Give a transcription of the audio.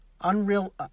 unreal